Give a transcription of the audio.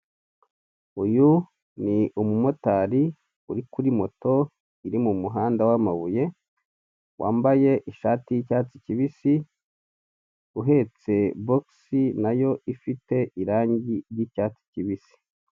Uyu ni umumotari uri kuri moto iri mumuhanda w'amabuye, wambaye ishati y'icyatsi kibisi, uhetse bogisi nayo ifite irangi ry'icyatsi kibisi.